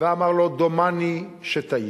ואמר לו: "דומני שטעיתי".